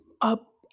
up